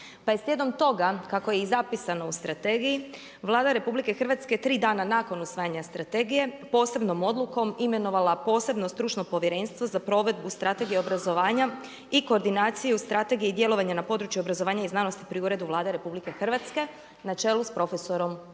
Pa je slijedom toga kako je i zapisano u Strategiji Vlada RH tri dana nakon usvajanja Strategije posebnom odlukom imenovala posebno stručno povjerenstvo za provedbu Strategije obrazovanja i koordinaciju Strategije i djelovanje na područje obrazovanja i znanosti pri Uredu Vlade Republike Hrvatske na čelu sa profesorom Budakom